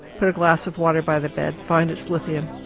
put a glass of water by the bed, find its lithium,